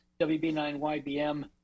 WB9YBM